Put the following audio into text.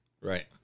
Right